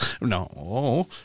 No